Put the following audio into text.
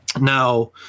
Now